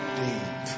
deep